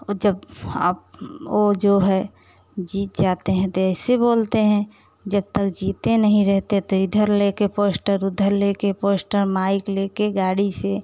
वो जब आप वो जो है जीत जाते हैं तो ऐसे बोलते हैं जब तक जीते नहीं रहते तो इधर लेकर पोश्टर उधर लेकर पोश्टर माइक लेकर गाड़ी से